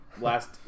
last